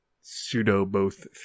pseudo-both